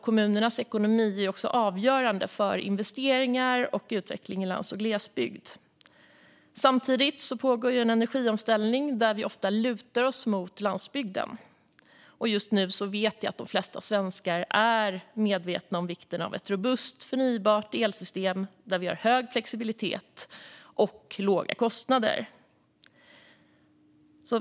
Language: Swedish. Kommunernas ekonomi är också avgörande för investeringar och utveckling i lands och glesbygd. Samtidigt pågår en energiomställning där vi ofta lutar oss mot landsbygden. Jag vet att de flesta svenskar nu är medvetna om vikten av ett robust och förnybart elsystem med hög flexibilitet och låga kostnader.